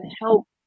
help